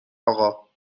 آقا